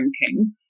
drinking